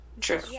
true